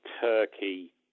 Turkey